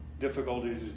difficulties